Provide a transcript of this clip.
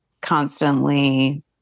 constantly